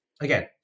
again